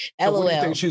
LOL